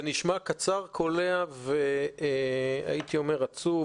זה נשמע קצר וקולע והייתי אומר עצוב.